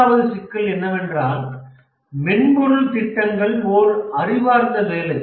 மூன்றாவது சிக்கல் என்னவென்றால் மென்பொருள் திட்டங்கள் ஓர் அறிவார்ந்த வேலை